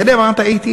אתה יודע במה טעיתי?